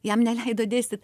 jam neleido dėstyt